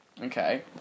Okay